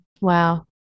Wow